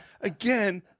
again